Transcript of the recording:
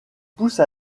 pousse